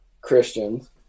Christians